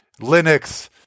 Linux